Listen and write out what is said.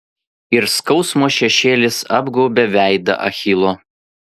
ir skausmo šešėlis apgaubė veidą achilo